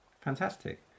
Fantastic